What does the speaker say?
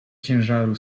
ciężaru